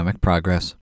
Progress